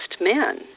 men